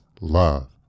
love